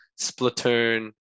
splatoon